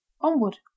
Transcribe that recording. Onward